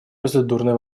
процедурный